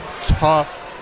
tough